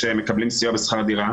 יש שמקבלים סיוע בשכר דירה